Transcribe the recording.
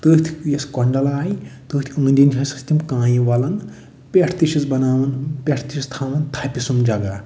تٔتھۍ یَس کۄنٛڈل آیہِ تٔتھۍ أنٛدۍ أنٛدۍ ہسا چھِ تِم کانٛیہِ وَلان پٮ۪ٹھ تہِ چھِس بناوان پٮ۪ٹھٕ تہِ چھِس تھاوان تھپہِ سُنٛمب جگہ